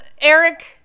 Eric